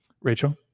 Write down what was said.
Rachel